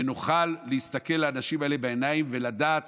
ונוכל להסתכל לאנשים האלה בעיניים ולדעת